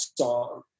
song